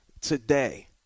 Today